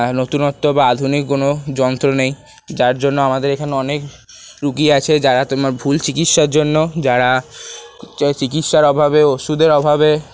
নতুনত্ব বা আধুনিক কোনো যন্ত্র নেই যার জন্য আমাদের এখানে অনেক রুগী আছে যারা তোমার ভুল চিকিৎসার জন্য যারা চ চিকিৎসার অভাবে ওষুধের অভাবে